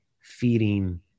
feeding